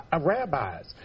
rabbis